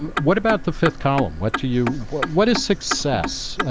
um what about the fifth column? what do you what what is success? ah,